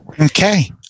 okay